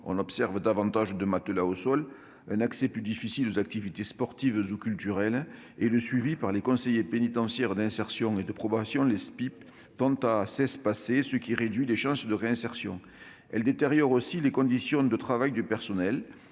on observe davantage de matelas au sol et un accès plus difficile aux activités sportives ou culturelles, et le suivi par les conseillers pénitentiaires d'insertion et de probation (CPIP) tend à s'espacer, ce qui réduit les chances de réinsertion. Elle détériore également les conditions de travail du personnel